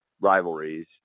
rivalries